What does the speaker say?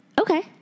Okay